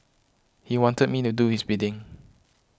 he wanted me to do his bidding